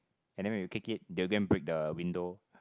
and then we kick it they again break the window